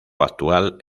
actual